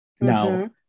now